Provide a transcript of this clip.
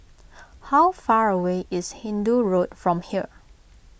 how far away is Hindoo Road from here